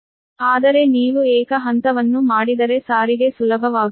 ಆದರೆ ನೀವು ಏಕ ಹಂತವನ್ನು ಮಾಡಿದರೆ ಟ್ರಾನ್ಸ್ಪೋರ್ಟೇಷನ್ ಸುಲಭವಾಗುತ್ತದೆ